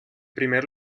primer